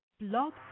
Blog